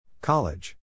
College